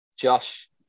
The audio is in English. Josh